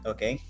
Okay